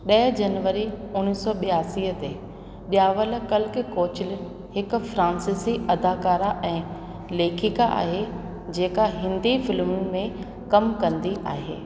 ॾह जनवरी उणिवीह सौ ॿियासीअ ते ॼावल कल्कि कोचलिन हिक फ्रांसीसी अदाकारा ऐं लेखिका आहे जेका हिंदी फिल्मूं में कमु कंदी आहे